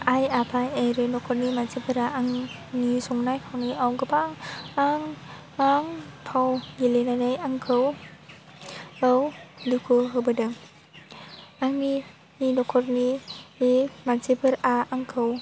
आइ आफा आरो न'खरनि मानसिफोरा आंनि संनाय खावनायाव गोबां फाव गेलेनानै आंखौ दुखु होबोदों आंनि न'खरनि बे मानसिफोरा आंखौ